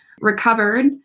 recovered